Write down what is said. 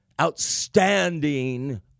outstanding